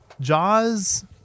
Jaws